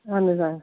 اَہَن حظ آ